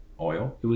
oil